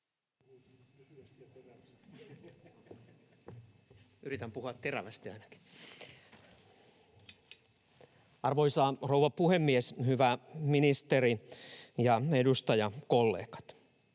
Arvoisa rouva puhemies! Hyvä ministeri ja edustajakollegat!